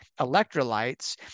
electrolytes